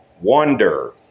wonder